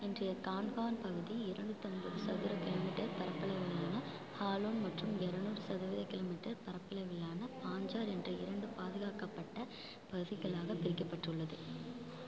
இன்றைய கான்ஹா பகுதி இருநூத்துதொன்பது சதுர கிலோமீட்டர் பரப்பளவிலான ஹாலோன் மற்றும் இரநூறு சதுர கிலோமீட்டர் பரப்பளவிலான பாஞ்சார் என்று இரண்டு பாதுகாக்கப்பட்ட பகுதிகளாகப் பிரிக்கப்பட்டுள்ளது